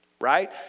right